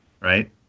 right